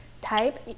type